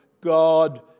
God